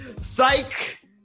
Psych